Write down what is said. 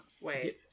Wait